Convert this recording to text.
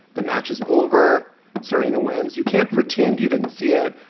the matches over serena wins. you can't pretend you didn't see it.